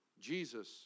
Jesus